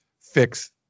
fix